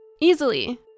easily